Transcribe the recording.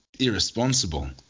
Irresponsible